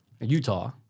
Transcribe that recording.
Utah